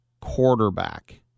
quarterback